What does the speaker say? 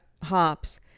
hops